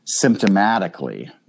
symptomatically